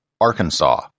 Arkansas